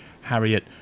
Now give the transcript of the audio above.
Harriet